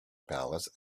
palace